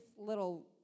little